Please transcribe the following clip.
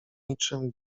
niczym